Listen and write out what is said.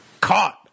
Caught